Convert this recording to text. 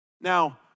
Now